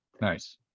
nice